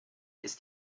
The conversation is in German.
ist